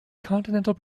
continental